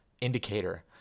indicator